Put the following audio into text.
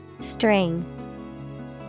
String